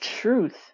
truth